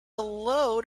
load